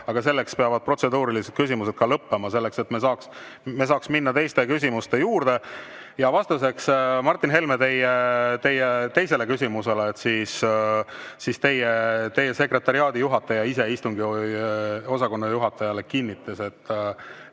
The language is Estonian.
Aga selleks peavad protseduurilised küsimused lõppema, et me saaks minna teiste küsimuste juurde. Ja vastuseks, Martin Helme, teie teisele küsimusele: teie sekretariaadi juhataja ise istungiosakonna juhatajale kinnitas, et